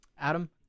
Adam